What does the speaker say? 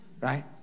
Right